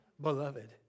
beloved